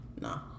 no